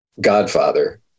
Godfather